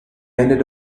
ended